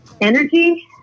energy